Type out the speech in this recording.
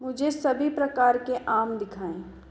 मुझे सभी प्रकार के आम दिखाएँ